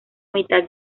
mitad